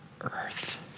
earth